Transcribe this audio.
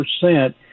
percent